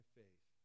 faith